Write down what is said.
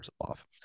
off